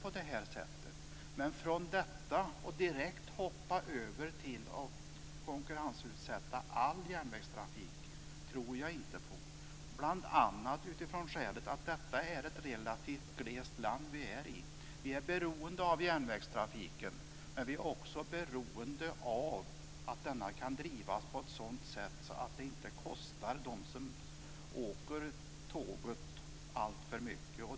Men att från detta direkt konkurrensutsätta all järnvägstrafik tror jag inte på, bl.a. av det skälet att vi bor i ett glest land. Vi är beroende av järnvägstrafiken, men vi är också beroende av att denna kan drivas på ett sådant sätt att det inte kostar dem som åker tåg alltför mycket.